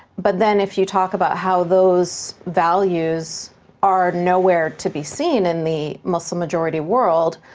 but then if you talk about how those values are nowhere to be seen in the muslim-majority world,